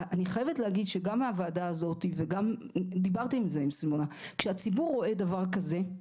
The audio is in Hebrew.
ואני חייבת להגיד שגם בוועדה הזאת - כשהציבור רואה דבר כזה,